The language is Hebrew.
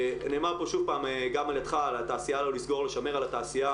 נאמר פה שוב פעם, גם על ידך, לשמר את התעשייה.